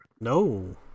No